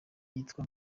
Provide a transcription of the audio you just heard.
yitwa